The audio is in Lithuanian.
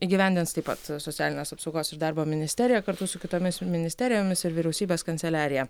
įgyvendins taip pat socialinės apsaugos ir darbo ministerija kartu su kitomis ministerijomis ir vyriausybės kanceliarija